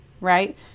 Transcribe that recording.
right